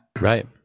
Right